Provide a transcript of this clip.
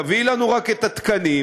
תביאי לנו רק את התקנים,